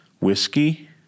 Whiskey